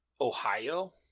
Ohio